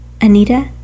Anita